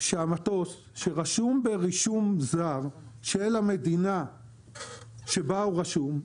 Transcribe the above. והוא שהמטוס שרשום ברישום זר של המדינה שבה הוא רשום,